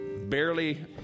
barely